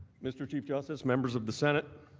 mr. chief justice, members of the senate,